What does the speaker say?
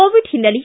Covid ಹಿನ್ನೆಲೆ